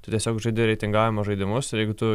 tu tiesiog žaidi reitinguojamo žaidimus ir jeigu tu